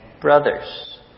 brothers